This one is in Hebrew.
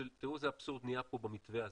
תראו איזה אבסורד נהיה פה במתווה הזה,